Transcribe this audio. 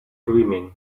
dreaming